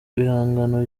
bihangano